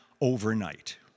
overnight